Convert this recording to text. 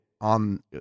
on